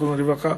זיכרונו לברכה.